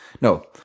No